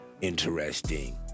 Interesting